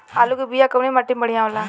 आलू के बिया कवना माटी मे बढ़ियां होला?